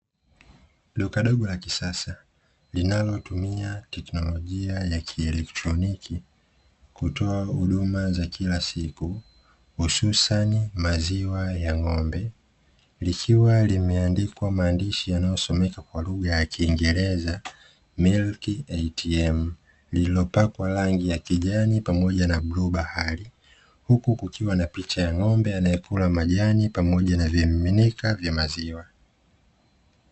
Duka dogo la kisasa linalotumia teknolojia ya kielektroniki kutoa huduma za kila siku hususani maziwa ya ng'ombe, likiwa limeandikwa maandishi yanayosomeka kwa lugha ya kiingereza "MILK ATM" lililopakwa rangi ya kijani pamoja na blue bahari. Huku kukiwa na picha ya ng'ombe anayekula majani pamoja na vyamiminika vya maziwa.